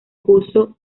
curso